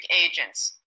agents